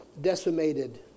decimated